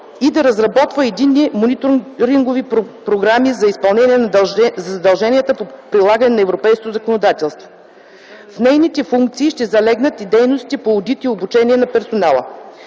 и да разработва единни мониторингови програми за изпълнение на задълженията по прилагане на европейското законодателство. В нейните функции ще залегнат и дейностите по одит и обучение на персонала.